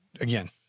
again